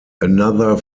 another